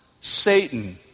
Satan